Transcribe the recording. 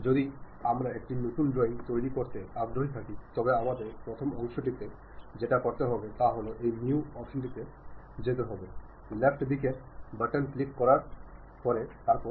പക്ഷെ നമ്മൾ ആശയവിനിമയം നടത്തുമ്പോൾ ആശയവിനിമയത്തിൽ നമ്മൾ മികച്ച പ്രകടനം കാഴ്ചവെച്ചുവെന്നും നമ്മൾ നല്ലരീതിയിൽ ആശയവിനിമയം നടത്തി എന്ന ധാരണ പലപ്പോഴും ഉണ്ടാവാറുണ്ട്